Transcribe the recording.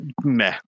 meh